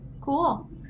cool